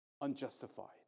unjustified